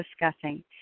discussing